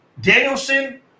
Danielson